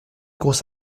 grosse